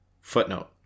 Footnote